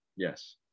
Yes